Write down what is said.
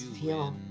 feel